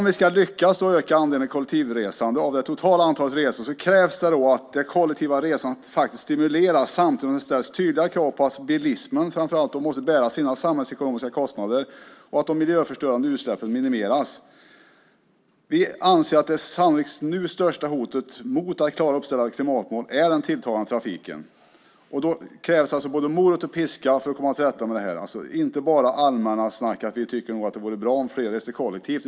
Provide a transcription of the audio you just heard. För att lyckas öka andelen kollektivresor av det totala antalet resor krävs det att det kollektiva resandet stimuleras samtidigt som det ställs tydliga krav på att framför allt bilismen bär sina samhällsekonomiska kostnader och på att de miljöförstörande utsläppen minimeras. Vi anser att det nu sannolikt största hotet mot att klara uppsatta klimatmål är den tilltagande trafiken. Det krävs både morot och piska för att komma till rätta med detta, inte bara allmänt snack - att vi nog tycker att det vore bra om fler reste kollektivt.